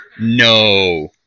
no